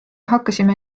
hakkasime